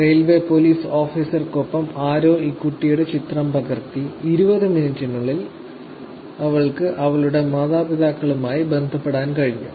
railway police ഓഫീസർക്കൊപ്പം ആരോ ഈ കുട്ടിയുടെ ചിത്രം പകർത്തി 20 മിനിറ്റിനുള്ളിൽ അവൾക്ക് അവളുടെ മാതാപിതാക്കളുമായി ബന്ധപ്പെടാൻ കഴിഞ്ഞു